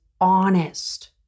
honest